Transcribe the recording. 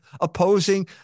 opposing